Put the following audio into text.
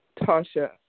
Tasha